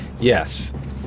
Yes